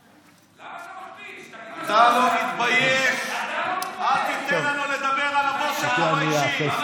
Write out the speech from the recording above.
מציע לך, אל תדבר על אריה דרעי.